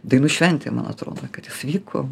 dainų šventei man atrodo kad jis vyko